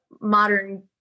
modern